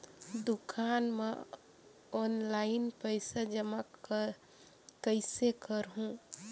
दुकान म ऑनलाइन पइसा जमा कइसे करहु?